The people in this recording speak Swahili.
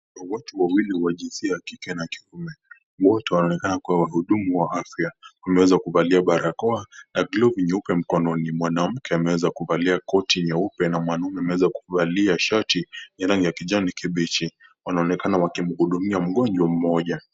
Watu wawili wa jinsia ya kike na kiume. Wote wanaonekana kuwa wahudumu wa afya. Wameweza kuvalia barakoa na glavu nyeupe mkononi. Mwanamke ameweza kuvalia koti nyeupe na mwanaume ameweza kuvalia shati ya rangi ya kijani kibichi. Wanaonekana wakimhudumia mgonjwa mmoja.